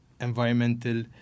environmental